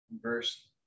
Verse